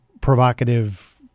provocative